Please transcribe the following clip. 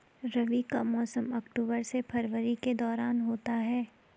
रबी का मौसम अक्टूबर से फरवरी के दौरान होता है